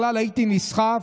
אני בכלל הייתי נסחף,